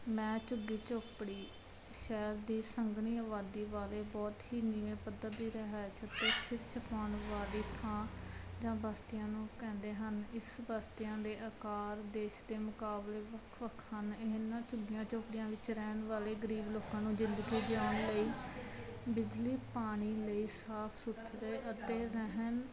ਮੈਂ ਝੁੱਗੀ ਝੋਂਪੜੀ ਸ਼ਹਿਰ ਦੀ ਸੰਘਣੀ ਆਬਾਦੀ ਵਾਲੇ ਬਹੁਤ ਹੀ ਨੀਵੇਂ ਪੱਧਰ ਦੀ ਰਿਹਾਇਸ਼ ਅਤੇ ਸਿਰ ਛੁਪਾਉਣ ਵਾਲੀ ਥਾਂ ਜਾਂ ਬਸਤੀਆਂ ਨੂੰ ਕਹਿੰਦੇ ਹਨ ਇਸ ਬਸਤੀਆਂ ਦੇ ਆਕਾਰ ਦੇਸ਼ ਦੇ ਮੁਕਾਬਲੇ ਵੱਖੋ ਵੱਖ ਹਨ ਇਹਨਾਂ ਝੁੱਗੀਆਂ ਝੋਂਪੜੀਆਂ ਵਿੱਚ ਰਹਿਣ ਵਾਲੇ ਗਰੀਬ ਲੋਕਾਂ ਨੂੰ ਜ਼ਿੰਦਗੀ ਜਿਊਣ ਲਈ ਬਿਜਲੀ ਪਾਣੀ ਲਈ ਸਾਫ਼ ਸੁਥਰੇ ਅਤੇ ਰਹਿਣ